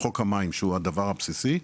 חוק המים שהוא הדבר הבסיסי.